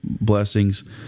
blessings